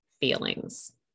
feelings